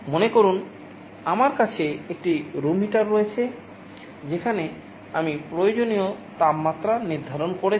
মনে করুন আমার কাছে একটি রুম হিটার রয়েছে যেখানে আমি প্রয়োজনীয় তাপমাত্রা নির্ধারণ করেছি